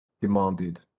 demanded